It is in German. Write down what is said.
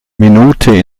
minute